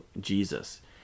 Jesus